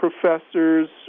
professors